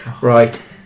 Right